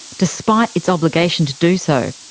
despite its obligation to do so.